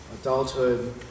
Adulthood